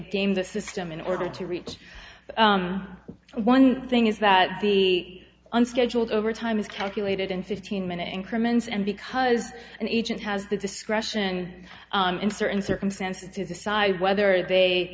gamed the system in order to reach one thing is that the unscheduled overtime is calculated in fifteen minute increment and because an agent has the discretion in certain circumstances to decide whether they